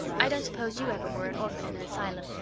i don't suppose you ever were an orphan in an asylum,